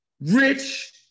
Rich